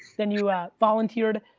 then you ah volunteered.